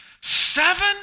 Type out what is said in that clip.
seven